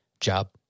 job